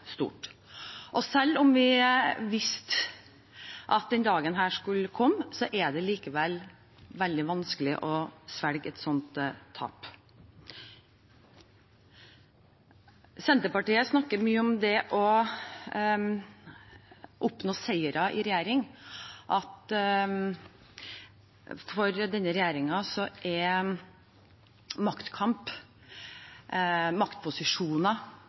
stort. Selv om vi visste at denne dagen skulle komme, er det likevel veldig vanskelig å svelge et sånt tap. Senterpartiet snakker mye om det å oppnå seire i regjering – at maktkamp, maktposisjoner